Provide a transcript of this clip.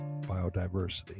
biodiversity